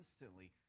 instantly